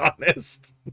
honest